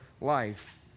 life